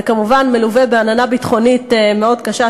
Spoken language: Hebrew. זה כמובן מלווה בעננה ביטחונית מאוד קשה,